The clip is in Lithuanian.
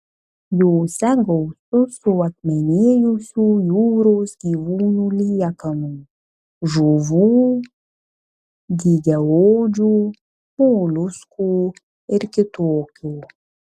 jose gausu suakmenėjusių jūros gyvūnų liekanų žuvų dygiaodžių moliuskų ir kitokių